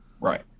Right